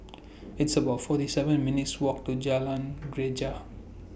It's about forty seven minutes' Walk to Jalan Greja